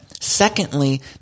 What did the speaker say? Secondly